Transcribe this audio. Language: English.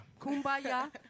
Kumbaya